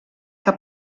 que